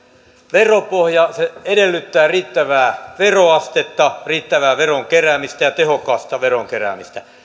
veropohja se edellyttää riittävää veroastetta riittävää veron keräämistä ja tehokasta veron keräämistä